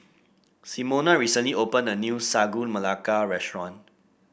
Simona recently opened a new Sagu Melaka restaurant